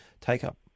take-up